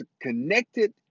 connected